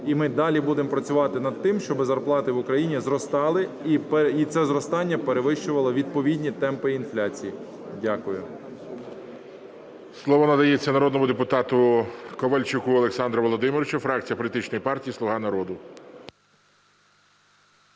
І ми далі будемо працювати над тим, щоб зарплати в Україні зростали і це зростання перевищувало відповідні темпи інфляції. Дякую. ГОЛОВУЮЧИЙ. Слово надається народному депутату Ковальчуку Олександру Володимировичу, фракція політичної партії "Слуга народу".